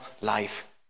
life